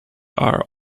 are